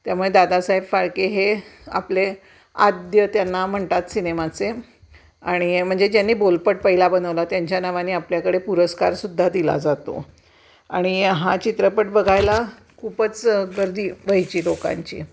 त्यामुळे दादासाहेब फाळके हे आपले आद्य त्यांना म्हणतात सिनेमाचे आणि म्हणजे ज्यांनी बोलपट पहिला बनवला त्यांच्या नावाने आपल्याकडे पुरस्कारसुद्धा दिला जातो आणि हा चित्रपट बघायला खूपच गर्दी व्हायची लोकांची